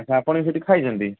ଆଚ୍ଛା ଆପଣ ବି ସେଠି ଖାଇଛନ୍ତି